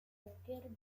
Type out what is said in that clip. cualquier